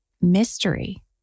mystery